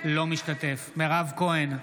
אינו משתתף בהצבעה מירב כהן,